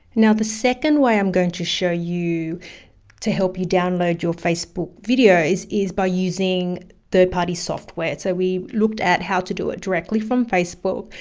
now the second way i'm going to show you to help you download your facebook videos is by using third party software. so we've looked at how to do it directly from facebook,